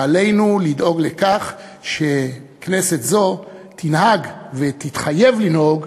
עלינו לדאוג לכך שכנסת זו תנהג ותתחייב לנהוג